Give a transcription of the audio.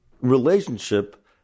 relationship